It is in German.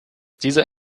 dieser